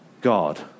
God